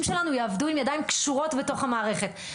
שלנו יעבדו עם ידיים קשורות בתוך המערכת.